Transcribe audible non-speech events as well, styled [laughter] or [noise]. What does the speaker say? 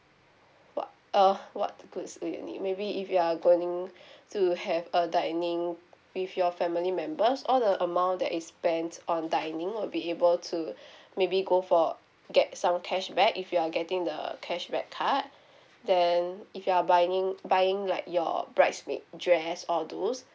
what uh what you need maybe if you are going [breath] to have a dining with your family members all the amount that is spent on dining will be able to [breath] maybe go for get some cashback if you are getting the cashback card then if you are buying buying like your bridesmaid dress all those